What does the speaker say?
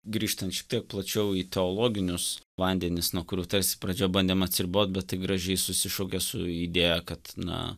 grįžtant šiek tiek plačiau į teologinius vandenis nuo kurių tarsi pradžioj bandėme atsiribot bet tai gražiai susišaukia su idėja kad na